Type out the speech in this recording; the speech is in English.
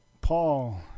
Paul